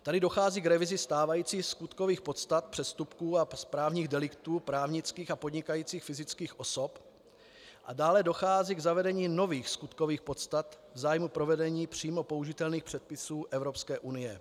Tady dochází k revizi stávajících skutkových podstat, přestupků a správních deliktů právnických a podnikajících fyzických osob a dále dochází k zavedení nových skutkových podstat v zájmu provedení přímo použitelných předpisů Evropské unie.